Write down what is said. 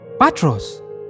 Patros